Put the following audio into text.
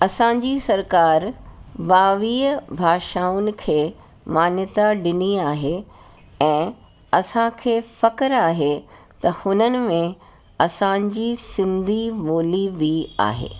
असांजी सरकारु ॿावीह भाषाउनि खे मान्यता ॾिनी आहे ऐं असांखे फ़ख्रु आहे त हुननि में असांजी सिंधी ॿोली बि आहे